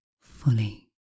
fully